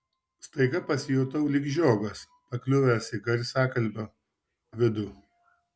staiga pasijutau lyg žiogas pakliuvęs į garsiakalbio vidų